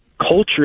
culture